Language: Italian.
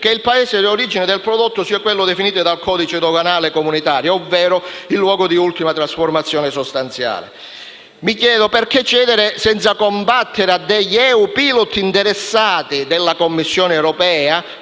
che il Paese d'origine del prodotto sia quello definito dal codice doganale comunitario, ovvero il luogo di ultima trasformazione sostanziale. Mi chiedo perché cedere senza combattere a degli EU Pilot interessati della Commissione europea,